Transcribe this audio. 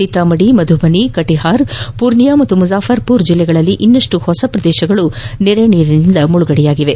ಸೀತಾಮಹರಿ ಮಧುಬನಿ ಕತಿಹಾರ್ ಪೂರ್ನಿಯಾ ಮತ್ತು ಮುಜಾಫರ್ಪುರ್ ಜಿಲ್ಲೆಗಳಲ್ಲಿ ಇನ್ನಷ್ಟು ಹೊಸ ಪ್ರದೇಶಗಳು ಪ್ರವಾಹದಿಂದ ಮುಳುಗಡೆಯಾಗಿವೆ